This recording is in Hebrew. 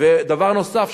דבר נוסף,